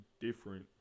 different